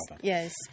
yes